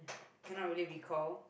cannot really recall